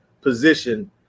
position